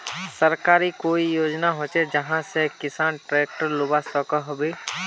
सरकारी कोई योजना होचे जहा से किसान ट्रैक्टर लुबा सकोहो होबे?